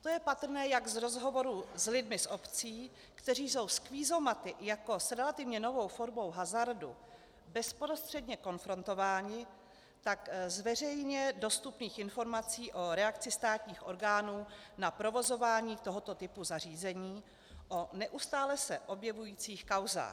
To je patrné jak z rozhovorů s lidmi z obcí, kteří jsou s kvízomaty jako s relativně novou formou hazardu bezprostředně konfrontováni, tak z veřejně dostupných informací o reakci státních orgánů na provozování tohoto typu zařízení, o neustále se objevujících kauzách.